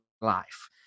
life